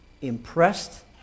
impressed